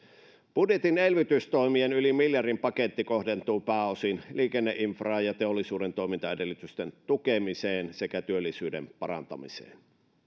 budjetin elvytystoimien yli miljardin paketti kohdentuu pääosin liikenneinfraan ja teollisuuden toimintaedellytysten tukemiseen sekä työllisyyden parantamiseen